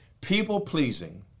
People-pleasing